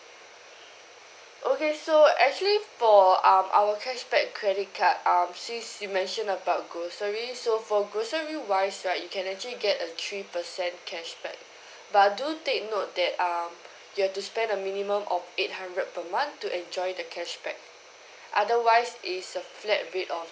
okay so actually for um our cashback credit card um since you mentioned about groceries so for grocery wise right you can actually get a three percent cashback but do take note that um you have to spend a minimum of eight hundred per month to enjoy the cashback otherwise it's a flat rate of